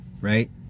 right